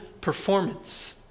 performance